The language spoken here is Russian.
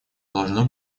должно